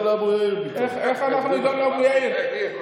איך הגעת לאבו יאיר פתאום?